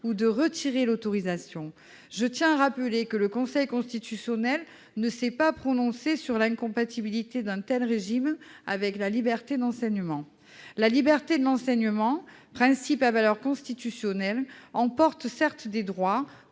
ou de retirer l'autorisation. Je tiens à rappeler que le Conseil constitutionnel ne s'est pas prononcé sur l'incompatibilité d'un tel régime avec la liberté d'enseignement. Cette liberté, principe à valeur constitutionnelle, emporte certes des droits,